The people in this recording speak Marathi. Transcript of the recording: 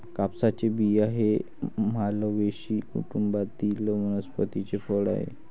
कापसाचे बिया हे मालवेसी कुटुंबातील वनस्पतीचे फळ आहे